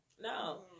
No